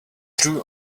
drew